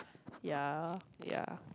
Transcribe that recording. ya ya